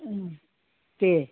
उम दे